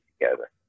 together